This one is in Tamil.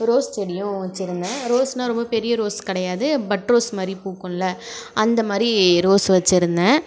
ரோஸ் செடியும் வச்சுருந்தேன் ரோஸுனா ரொம்ப பெரிய ரோஸ் கிடையாது பட் ரோஸ் மாதிரி பூக்கும்ல அந்த மாதிரி ரோஸ் வச்சுருந்தேன்